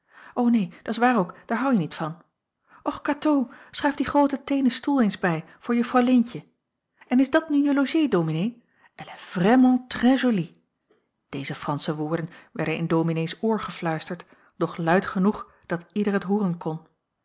neen dat s waar ook daar hou je niet van och katoo schuif dien grooten teenen stoel eens bij voor juffrouw leentje en is dat nu je logée dominee elle est vraiment très jolie deze fransche woorden werden in dominees oor gefluisterd doch luid genoeg dat ieder t hooren kon